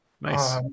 Nice